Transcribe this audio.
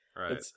Right